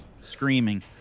screaming